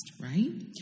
right